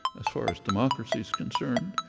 as far as democracy is concerned.